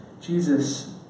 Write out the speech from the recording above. Jesus